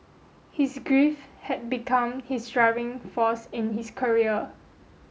his grief had become his driving force in his career